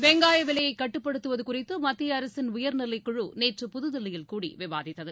வெங்காய விலையை கட்டுப்படுத்துவது குறித்து மத்திய அரசின் உயர்நிலை குழு நேற்று புதுதில்லியில் கூடி விவாதித்தது